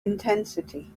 intensity